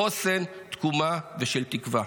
חוסן, תקומה ותקווה.